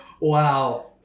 Wow